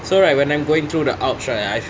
so right when I'm going through the ups right